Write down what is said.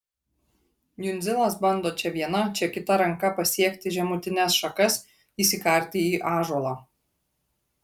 jundzilas bando čia viena čia kita ranka pasiekti žemutines šakas įsikarti į ąžuolą